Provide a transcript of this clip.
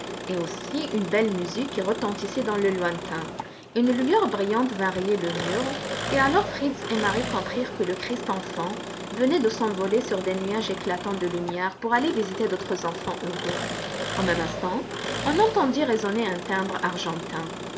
et aussi une belle musique qui retentissait dans le lointain une lueur brillante vint rayer le mur et alors fritz et marie comprirent que le christ enfant venait de s'envoler sur des nuages éclatants de lumière pour aller visiter d'autres enfants heureux au même instant on entendit résonner un timbre argentin